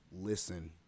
listen